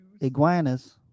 iguanas